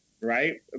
right